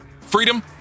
freedom